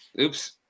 oops